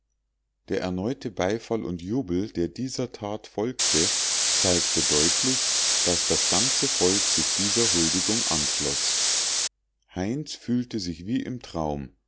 der erneute beifall und jubel der dieser tat folgte zeigte deutlich daß das ganze volk sich dieser huldigung anschloß heinz fühlte sich wie im traum